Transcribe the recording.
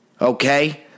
okay